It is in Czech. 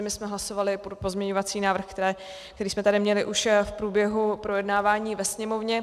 My jsme hlasovali pro pozměňovací návrh, který jsme tady měli už v průběhu projednávání ve Sněmovně.